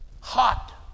Hot